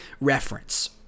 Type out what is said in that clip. reference